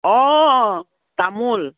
অঁ তামোল